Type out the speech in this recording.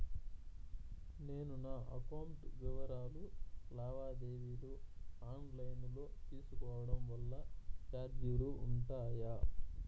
నేను నా అకౌంట్ వివరాలు లావాదేవీలు ఆన్ లైను లో తీసుకోవడం వల్ల చార్జీలు ఉంటాయా?